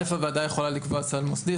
הוועדה יכולה לקבוע סל מוסדי,